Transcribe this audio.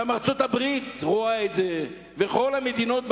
גם ארצות-הברית רואה את זה וכל המדינות,